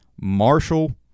Marshall